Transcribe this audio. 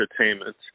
entertainment